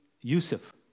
Yusuf